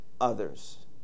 others